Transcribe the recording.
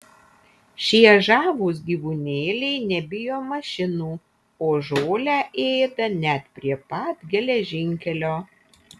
šie žavūs gyvūnėliai nebijo mašinų o žolę ėda net prie pat geležinkelio